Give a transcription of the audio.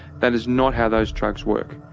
that is not how those drugs work.